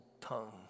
tongue